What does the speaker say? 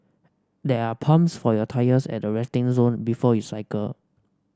there are pumps for your tyres at the resting zone before you cycle